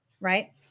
right